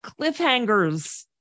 cliffhangers